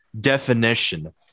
definition